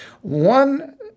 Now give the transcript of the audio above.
One